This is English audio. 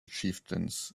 chieftains